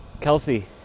Kelsey